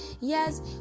Yes